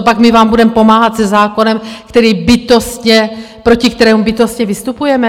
Copak my vám budeme pomáhat se zákonem, který bytostně proti kterému bytostně vystupujeme?